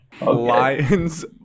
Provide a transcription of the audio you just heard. Lions